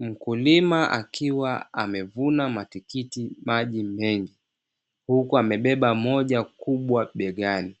Mkulima akiwa amevuna matikiti maji mengi huku amebeba moja kubwa begani,